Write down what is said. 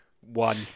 one